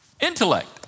Intellect